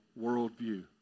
worldview